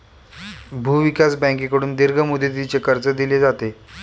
भूविकास बँकेकडून दीर्घ मुदतीचे कर्ज दिले जाते